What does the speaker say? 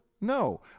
No